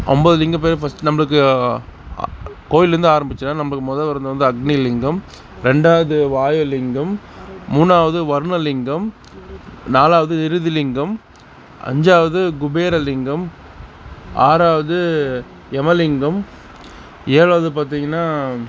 ஒன்போது லிங்கம் பேர் ஃபஸ்ட்டு நம்பளுக்கு கோயிலில்லேர்ந்து ஆரம்பித்தா நம்பளுக்கு மொதல் வரது வந்து அக்னி லிங்கம் ரெண்டாவது வாயுலிங்கம் மூணாவது வர்ணலிங்கம் நாலாவது விருதுலிங்கம் அஞ்சாவது குபேரலிங்கம் ஆறாவது எமலிங்கம் ஏழாவது பார்த்திங்கனா